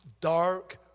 dark